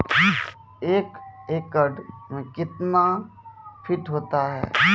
एक एकड मे कितना फीट होता हैं?